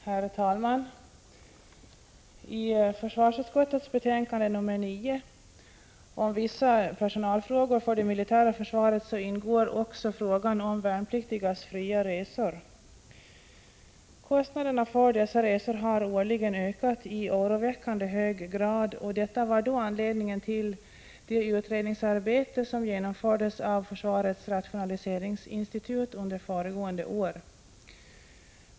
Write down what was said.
Herr talman! I försvarsutskottets betänkande nr 9 om vissa personalfrågor för det militära försvaret ingår också frågan om värnpliktigas fria resor. Kostnaderna för dessa resor har årligen ökat i oroväckande hög grad, och detta var anledningen till det utredningsarbete som genomfördes av försvarets rationaliseringsinstitut under föregående år.